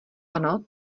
ano